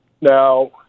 Now